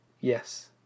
Yes